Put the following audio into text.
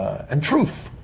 and truth.